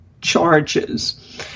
charges